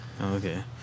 Okay